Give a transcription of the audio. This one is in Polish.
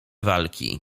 walki